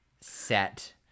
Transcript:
set